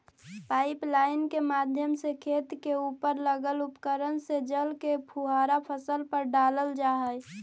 pipeline के माध्यम से खेत के उपर लगल उपकरण से जल के फुहारा फसल पर डालल जा हइ